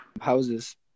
houses